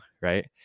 Right